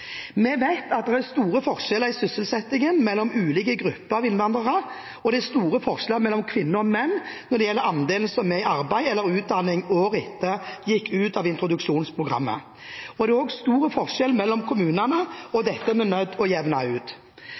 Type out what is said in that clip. Vi vet at det er store forskjeller i sysselsettingen mellom ulike grupper av innvandrere, og det er store forskjeller mellom kvinner og menn når det gjelder andelen som er i arbeid eller utdanning året etter at de gikk ut av introduksjonsprogrammet. Det er også stor forskjell mellom kommunene, og dette er vi nødt til å jevne ut.